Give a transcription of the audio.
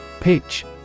Pitch